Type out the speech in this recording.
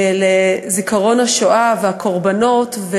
לזיכרון השואה והקורבנות.